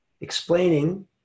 explaining